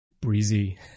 breezy